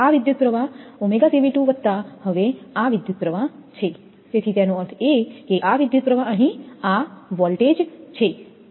આ વિદ્યુતપ્રવાહ ω વત્તા હવે આ વિદ્યુતપ્રવાહ છે તેથી તેનો અર્થ એ કે આ વિદ્યુતપ્રવાહ અહીં આ વોલ્ટેજ છે